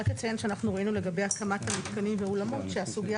רק אציין שראינו לגבי הקמת המתקנים והאולמות שהסוגיה